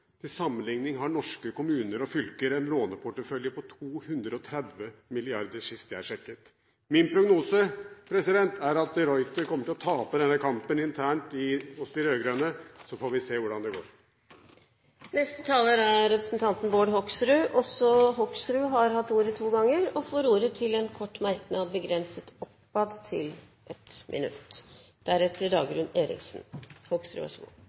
Til sammenlikning har norske kommuner og fylker en låneportefølje på 230 mrd. kr sist jeg sjekket. Min prognose er at de Ruiter kommer til å tape denne kampen internt hos de rød-grønne. Så får vi se hvordan det går. Bård Hoksrud har hatt ordet to ganger og får ordet til en kort merknad, begrenset til 1 minutt.